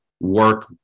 work